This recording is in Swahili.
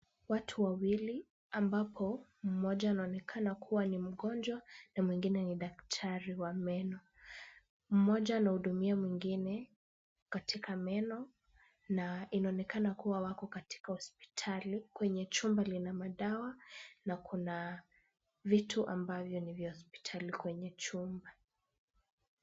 Watu wawili ambapo mmoja anaonekana kuwa ni mgonjwa na mwingine ni daktari wa meno. Mmoja anahudumia mwingine katika meno na inaonekana kuwa wako katika hospitali. Kwenye chumba lina madawa na kuna vitu ambavyo ni vya hospitali kwenye chumba.